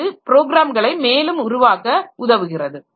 அது ப்ரோக்ராம்களை மேலும் உருவாக்க உதவுகிறது